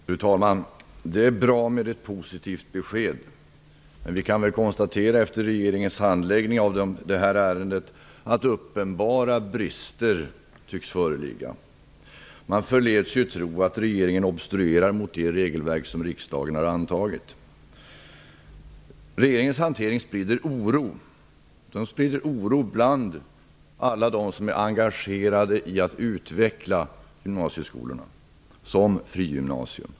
Fru talman! Det är bra med ett positivt besked. Men efter regeringens handläggning av det här ärendet kan vi konstatera att uppenbara brister tycks föreligga. Man förleds ju tro att regeringen obstruerar mot det regelverk som riksdagen har antagit. Regeringens hantering sprider oro bland alla dem som är engagerade i att utveckla gymnasieskolorna som frigymnasier.